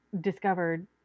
discovered